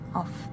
off